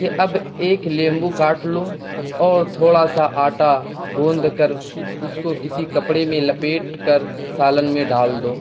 کہ اب ایک لیمو کاٹ لو اور تھوڑا سا آٹا گوندھ کر اس کو کسی کپڑے میں لپیٹ کر سالن میں ڈال دو